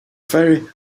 ferry